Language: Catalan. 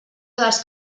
dels